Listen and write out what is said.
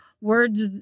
words